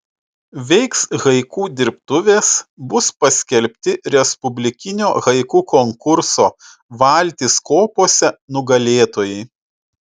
veiks haiku dirbtuvės bus paskelbti respublikinio haiku konkurso valtys kopose nugalėtojai